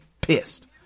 pissed